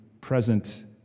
present